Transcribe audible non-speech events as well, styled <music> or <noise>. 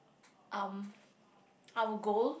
um <noise> our goal